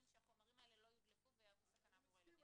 שהחומרים לא ידלפו ויהוו סכנה עבור הילדים.